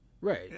Right